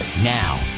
Now